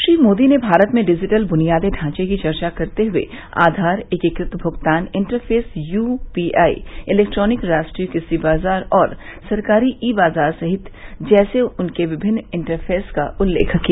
श्री मोदी ने भारत में डिजिटल ब्नियादी ढांचे की चर्चा करते हुए आघार एकीकृत भूगतान इंटरफेस यूपीआई इलेक्ट्रॉनिक राष्ट्रीय क्रषि बाजार और सरकारी ई बाजार सहित जैसे उसके विमिन्न इंटरफेस का उल्लेख किया